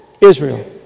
Israel